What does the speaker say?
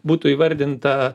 būtų įvardinta